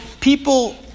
people